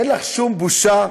אין לך שום בושה?